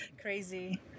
crazy